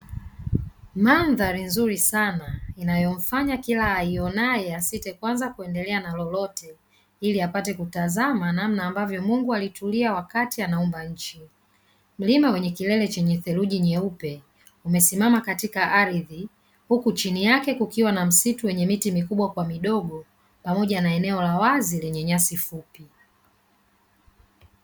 Mandhari nzuri sana inayomfanya kila aionaye asite kwanza kuendelea na lolote ili apate kutazama namna Mungu alitulia kuiumba nchi, mlima wenye kilele chenye theluji nyeupe umesimama katika ardhi huku chini yake kukiwa na msitu wenye miti mikubwa kwa midogo, pamoja na eneo la wazi lenye nyasi fupi.